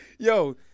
Yo